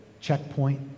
checkpoint